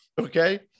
okay